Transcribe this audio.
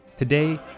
Today